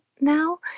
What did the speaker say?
now